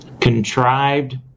contrived